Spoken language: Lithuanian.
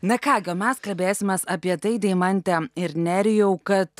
na ką mes kalbėsimės apie tai deimante ir nerijau kad